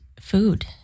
food